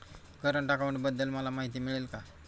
Current अकाउंटबद्दल मला माहिती मिळेल का?